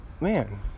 man